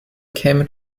käme